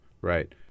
Right